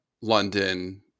London